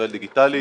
יבוא.